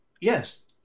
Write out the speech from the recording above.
Yes